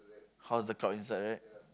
how was the crowd inside right